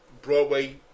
Broadway